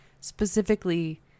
specifically